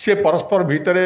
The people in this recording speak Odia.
ସିଏ ପରସ୍ପର ଭିତରେ